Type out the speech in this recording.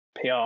PR